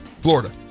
Florida